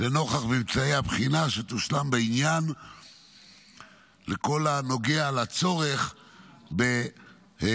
לנוכח ממצאי הבחינה שתושלם בעניין כל הנוגע לצורך בבקר